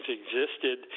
existed